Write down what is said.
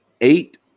eight